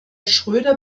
schröder